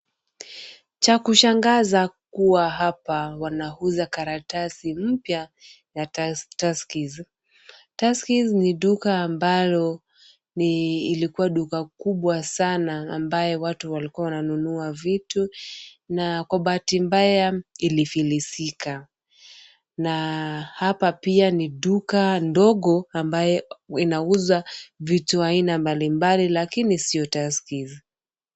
Cha kushangaza kuwa hapa wanauza karatasi mpya ya Tuskys. Tuskys ni duka ambalo ilikuwa duka kubwa sana ambayo watu walikuwa wananunua vitu na kwa bahati mbaya ilifilisika na hapa pia ni duka ndogo ambayo inauza vitu aina mbalimbali lakini sio Tuskys.